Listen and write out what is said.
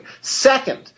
Second